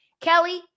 Kelly